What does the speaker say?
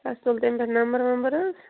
اَسہِ تُل تٔمۍ دۄہ نَمبَر وَمبَر حظ